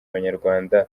abanyarwanda